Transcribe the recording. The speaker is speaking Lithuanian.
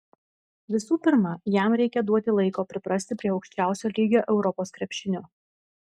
visų pirma jam reikia duoti laiko priprasti prie aukščiausio lygio europos krepšinio